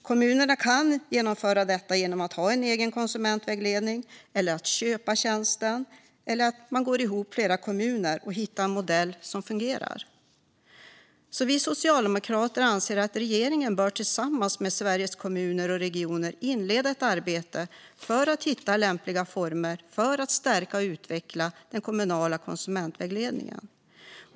Kommunerna kan genomföra detta genom att ha en egen konsumentvägledning, att köpa tjänsten eller att gå ihop med andra kommuner och hitta en modell som fungerar. Vi socialdemokrater anser att regeringen tillsammans med Sveriges kommuner och regioner bör inleda ett arbete för att hitta lämpliga former för att stärka och utveckla den kommunala konsumentvägledningen.